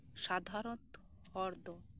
ᱥᱟᱫᱷᱟᱨᱚᱱᱚᱛᱚ ᱦᱚᱲ ᱫᱚ